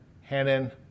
Hanan